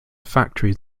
factories